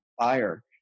Fire